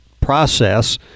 process